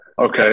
Okay